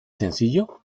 sencillo